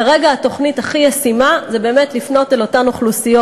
כרגע התוכנית הכי ישימה היא באמת לפנות אל אותן אוכלוסיות